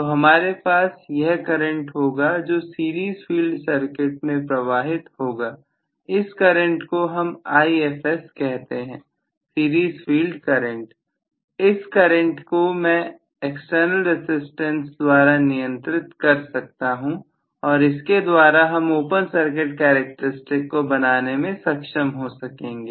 तो हमारे पास यह करंट होगा जो सीरीज फील्ड सर्किट में प्रवाहित होगा इस करंट को हम Ifs कहते हैं सीरीज फील्ड करंट तो इस करंट को मैं एक्सटर्नल रसिस्टेंस द्वारा नियंत्रित कर सकता हूं और इसके द्वारा हम ओपन सर्किट कैरेक्टरिस्टिक को बनाने में सक्षम हो सकेंगे